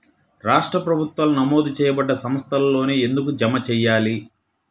రాష్ట్ర ప్రభుత్వాలు నమోదు చేయబడ్డ సంస్థలలోనే ఎందుకు జమ చెయ్యాలి?